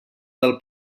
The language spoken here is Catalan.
del